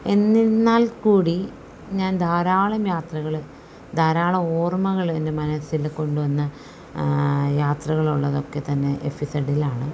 എന്നിരുന്നാൽക്കൂടി ഞാൻ ധാരാളം യാത്രകൾ ധാരാളം ഓർമ്മകളെൻ്റെ മനസ്സിൽ കൊണ്ടുവന്ന യാത്രകളുള്ളതൊക്കെ തന്നെ എഫ് ഇസെഡിലാണ്